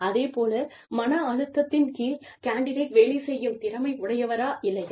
அதே போல் மன அழுத்தத்தின் கீழ் கேண்டிடேட் வேலை செய்யும் திறமை உடையவரா இல்லையா